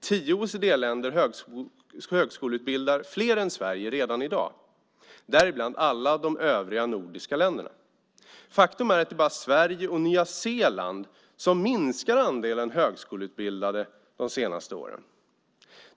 Tio OECD-länder, däribland alla de övriga nordiska länderna, högskoleutbildar redan i dag fler än Sverige. Det är faktiskt bara Sverige och Nya Zeeland som minskat andelen högskoleutbildade de senaste åren.